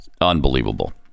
Unbelievable